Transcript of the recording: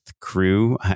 crew